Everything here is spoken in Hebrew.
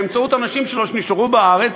באמצעות אנשים שלו שנשארו בארץ,